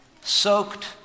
soaked